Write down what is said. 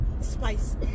spice